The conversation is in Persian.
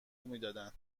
میدادن